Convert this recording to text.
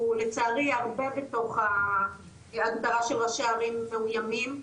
לצערי הרבה בתוך ההגדרה של ראשי ערים מאויימים,